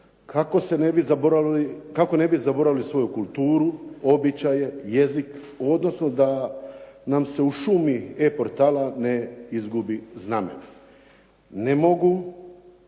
kako ne bi zaboravili svoju kulturu, običaje, jezik, odnosno da nam se u šumi e-portala ne izgubi znamen. Ne mogu